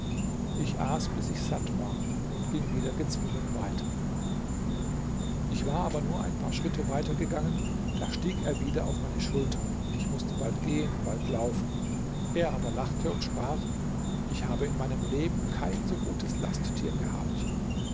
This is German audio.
ich aß bis ich satt war und ging wieder gezwungen weiter ich war aber nur ein paar schritte weitergegangen da stieg er wieder auf meine schultern und ich mußte bald gehen bald laufen er aber lachte und sprach ich habe in meinem leben kein so gutes lasttier gehabt